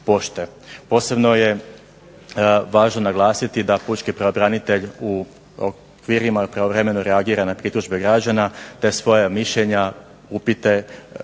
Posebno je važno naglasiti da pučki pravobranitelj u okvirima pravovremeno reagira na pritužbe građana, te svoja mišljenja, upite